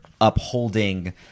upholding